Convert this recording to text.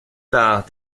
par